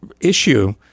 issue